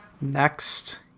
Next